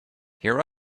here